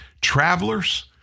Travelers